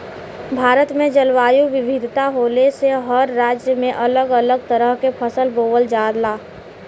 भारत में जलवायु विविधता होले से हर राज्य में अलग अलग तरह के फसल बोवल जाला